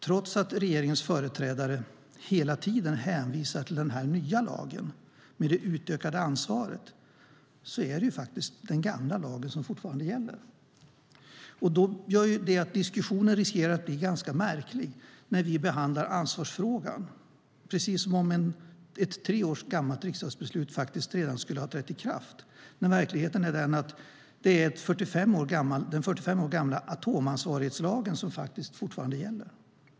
Trots att regeringens företrädare hela tiden hänvisar till den här nya lagen med det utökade ansvaret är det faktiskt den gamla lagen som fortfarande gäller. Det gör att diskussionen riskerar att bli ganska märklig när vi behandlar ansvarsfrågan, precis som om ett tre år gammalt riksdagsbeslut faktiskt redan skulle ha trätt i kraft. Men verkligheten är den att det är den 45 år gamla atomansvarighetslagen som fortfarande gäller.